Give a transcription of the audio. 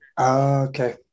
okay